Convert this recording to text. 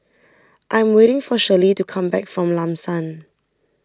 I'm waiting for Shirley to come back from Lam San